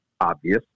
obvious